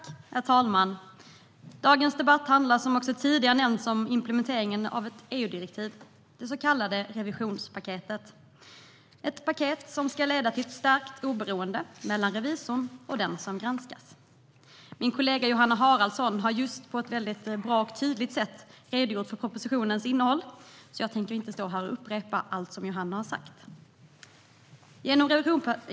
Herr talman! Dagens debatt handlar om implementeringen av ett EU-direktiv, det så kallade revisionspaketet. Det är ett paket som ska leda till ett stärkt oberoende mellan revisorn och den som granskas. Min kollega Johanna Haraldsson har just på ett väldigt bra och tydligt sätt redogjort för propositionens innehåll, så jag tänker inte stå här och upprepa allt som Johanna har sagt.